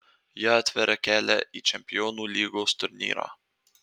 ji atveria kelią į čempionų lygos turnyrą